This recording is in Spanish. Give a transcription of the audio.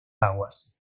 aguas